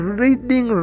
reading